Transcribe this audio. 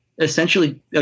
essentially